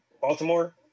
Baltimore